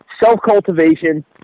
self-cultivation